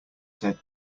said